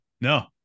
No